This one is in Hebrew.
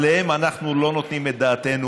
עליהם אנחנו לא נותנים את דעתנו